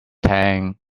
tang